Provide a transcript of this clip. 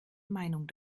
meinung